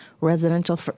Residential